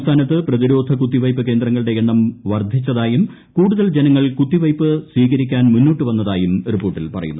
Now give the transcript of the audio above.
സംസ്ഥാനത്ത് പ്രതിരോധ കുത്തിവയ്പ്പ് ക്കേന്ദ്രങ്ങളുടെ എണ്ണം വർദ്ധിപ്പിച്ചതായും കൂടുതൽ ജനങ്ങൾ കുത്തിവയ്പ്പ് സ്വീകരിക്കാൻ മുന്നോട്ടുവന്നതായും റിപ്പോർട്ടിൽ പറയുന്നു